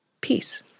peace